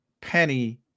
penny